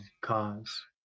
cause